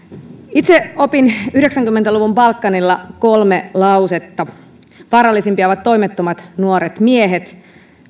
itse opin yhdeksänkymmentä luvun balkanilla kolme lausetta vaarallisimpia ovat toimettomat nuoret miehet